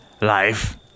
life